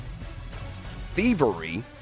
thievery